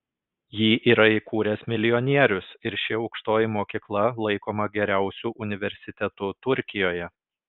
jį yra įkūręs milijonierius ir ši aukštoji mokykla laikoma geriausiu universitetu turkijoje